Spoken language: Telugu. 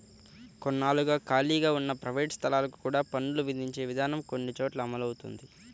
కొన్నాళ్లుగా ఖాళీగా ఉన్న ప్రైవేట్ స్థలాలకు కూడా పన్నులు విధించే విధానం కొన్ని చోట్ల అమలవుతోంది